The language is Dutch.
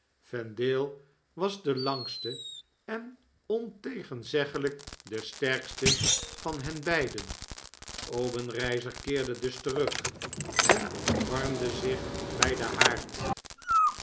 vendale was de langste en ontegenzeglyk de sterkste van ben beiden obenreizer keerde dus terug en warmde zich by den haard